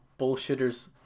bullshitters